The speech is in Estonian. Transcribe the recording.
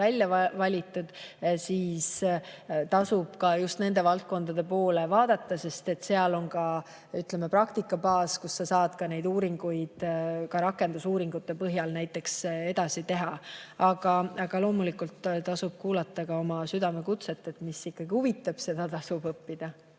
välja valitud ja tasub just nende valdkondade poole vaadata, sest seal on ka praktikabaas, kus sa saad oma uuringuid rakendusuuringute põhjal edasi teha. Aga loomulikult tasub kuulata ka oma südame kutset. Mis ikkagi huvitab, seda tasub õppida.